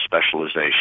specialization